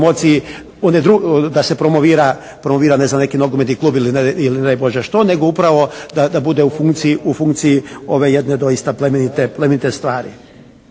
da se promovira ne znam neki nogometni klub ili ne daj Bože što nego upravo da bude u funkciji ove jedne doista plemenite stvari.